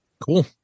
Cool